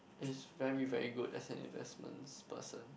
it's very very good as an investments person